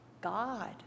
God